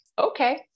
Okay